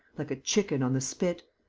like a chicken on the spit!